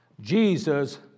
Jesus